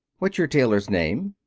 what's your tailor's name?